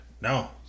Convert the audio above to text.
No